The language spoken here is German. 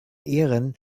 ehren